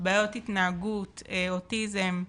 בעיות התנהגות, אוטיזם,